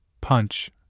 Punch